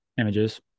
Images